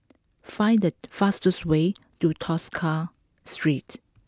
find the fastest way to Tosca Street